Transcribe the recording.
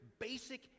basic